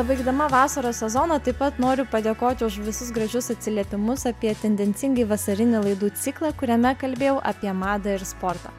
baigdama vasaros sezoną taip pat noriu padėkoti už visus gražius atsiliepimus apie tendencingai vasarinį laidų ciklą kuriame kalbėjau apie madą ir sportą